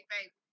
baby